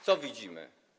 Co widzimy?